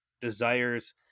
desires